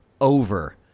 over